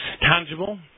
tangible